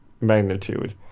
magnitude